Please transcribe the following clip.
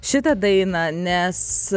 šitą dainą nes